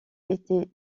était